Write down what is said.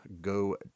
Go